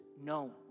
known